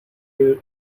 air